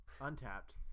Untapped